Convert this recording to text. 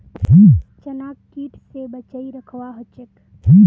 चनाक कीट स बचई रखवा ह छेक